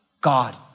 God